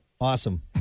Awesome